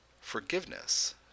forgiveness